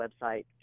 website